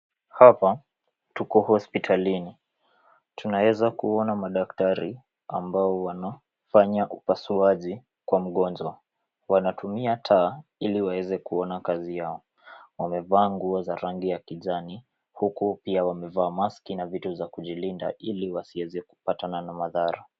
Hapa tuko hospitalini, tunaweza kuona madakatri ambao wanafanya upasuaji kwa mgonjwa, wanatumia taa, ili waweze kuona kazi yao. Wamevaa nguo za rangi ya kijani, huku pia wamevaa maski , na vitu za kujilinda, ili wasieze kupatana na madhara.